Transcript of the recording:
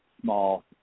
small